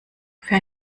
für